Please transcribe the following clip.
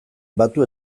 batu